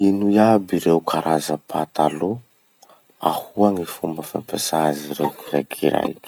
Ino iaby ireo karaza patalo? Ahoa gny fomba fampiasà azy rey kiraikiraiky?